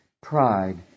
pride